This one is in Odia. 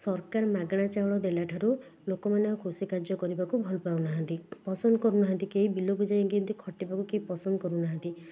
ସରକାର ମାଗଣା ଚାଉଳ ଦେଲାଠାରୁ ଲୋକ ମାନେ ଆଉ କୃଷି କାର୍ଯ୍ୟ କରିବାକୁ ଭଲ ପାଉନାହାଁନ୍ତି ପସନ୍ଦ କରୁନାହଁନ୍ତି କେହି ବିଲକୁ ଯାଇକି ଏମିତି ଖଟିବାକୁ କେହି ପସନ୍ଦ କରୁନାହାଁନ୍ତି